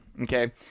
Okay